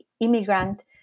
immigrant